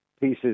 pieces